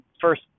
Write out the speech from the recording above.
first